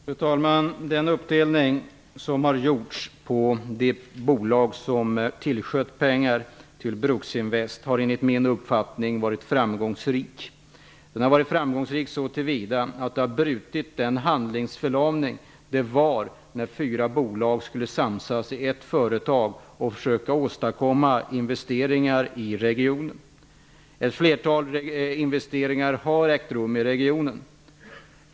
Fru talman! Den uppdelning som har gjorts på de bolag som tillsköt pengar till Bruksinvest har enligt min uppfattning varit framgångsrik så till vida att den har brutit den handlingsförlamning som rådde när fyra bolag skulle samsas i ett företag om att försöka åstadkomma investeringar i regionen. Ett flertal investeringar har gjorts i regionen.